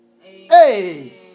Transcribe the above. hey